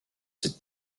cette